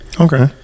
Okay